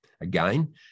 Again